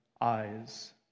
eyes